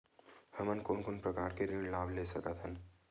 हमन कोन कोन प्रकार के ऋण लाभ ले सकत हन?